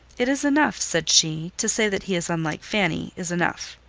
it is enough, said she to say that he is unlike fanny is enough.